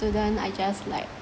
student I just like